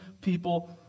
people